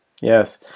Yes